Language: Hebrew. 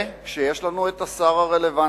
זה שיש לנו את השר הרלוונטי